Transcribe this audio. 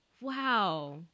Wow